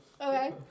Okay